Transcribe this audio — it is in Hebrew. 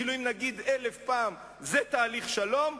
כאילו אם נגיד אלף פעם: זה תהליך שלום,